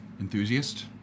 enthusiast